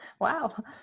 Wow